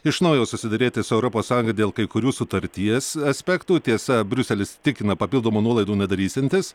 iš naujo susiderėti su europos sąjunga dėl kai kurių sutarties aspektų tiesa briuselis tikina papildomų nuolaidų nedarysiantis